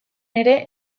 ere